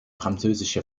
französische